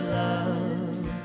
love